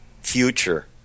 future